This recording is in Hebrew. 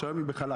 והיום היא בחל"ת.